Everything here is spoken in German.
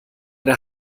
der